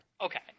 Okay